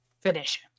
Finish